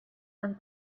and